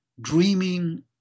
dreaming